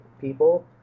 people